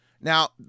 Now